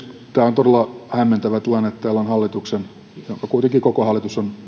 tämä on todella hämmentävä tilanne että täällä on hallituksen lakiesitys käsittelyssä jonka kuitenkin koko hallitus on